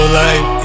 life